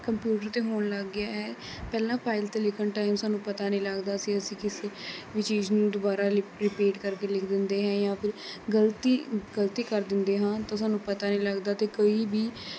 computer ਤੇ ਹੋਣ ਲੱਗ ਗਿਆ ਹੈ ਪਹਿਲਾਂ ਫਾਈਲ 'ਤੇ ਲਿਖਣ ਟਾਈਮ ਸਾਨੂੰ ਪਤਾ ਨਹੀਂ ਲੱਗਦਾ ਸੀ ਅਸੀਂ ਕਿਸੇ ਵੀ ਚੀਜ਼ ਨੂੰ ਦੁਬਾਰਾ ਰਪੀਟ ਕਰਕੇ ਕਰਕੇ ਲਿਖ ਦਿੰਦੇ ਹੈਂ ਜਾਂ ਫ਼ਿਰ ਗਲਤੀ ਗਲਤੀ ਕਰ ਦਿੰਦੇ ਹਾਂ ਤਾਂ ਸਾਨੂੰ ਪਤਾ ਨਹੀਂ ਲੱਗਦਾ ਅਤੇ ਕੋਈ ਵੀ